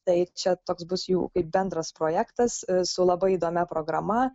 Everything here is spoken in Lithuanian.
tai čia toks bus jų kaip bendras projektas su labai įdomia programa